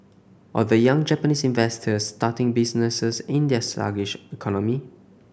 or the young Japanese inventors starting businesses in their sluggish economy